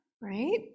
right